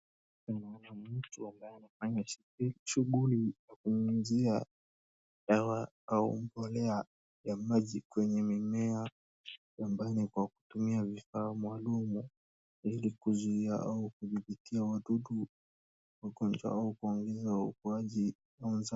Kuna mtu ambaye anafanya shughuli ya kunyunyizia dawa au mbolea ya maji kwenye mimea shambani kwa kutumia vifaa maalumu ili kuzuia au kuthibiti wadudu wagonjwa kuongeza ukuaji...